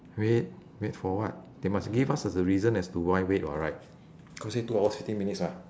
wait wait for what they must give us as a reason as to why wait [what] right cause say two hours fifteen minutes [what]